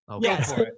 Yes